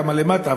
כמה למטה,